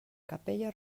capella